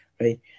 right